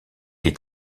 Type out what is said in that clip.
est